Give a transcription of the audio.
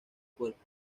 cuerpos